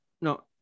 no